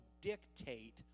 dictate